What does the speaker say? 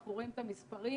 אנחנו רואים את המספרים